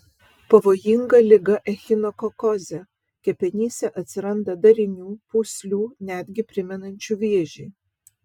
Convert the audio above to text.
pavojinga liga echinokokozė kepenyse atsiranda darinių pūslių netgi primenančių vėžį